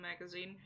magazine